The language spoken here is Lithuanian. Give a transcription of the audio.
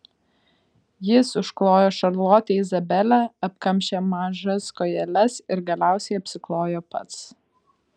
jis užklojo šarlotę izabelę apkamšė mažas kojeles ir galiausiai apsiklojo pats